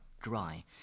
dry